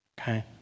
okay